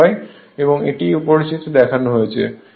এটি এই উপরের চিত্রে দেখানো হয়েছে